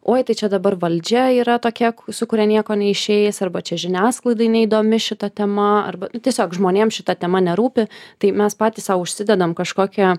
oi tai čia dabar valdžia yra tokia ku su kuria nieko neišeis arba čia žiniasklaidai neįdomi šita tema arba tiesiog žmonėm šita tema nerūpi tai mes patys sau užsidedam kažkokią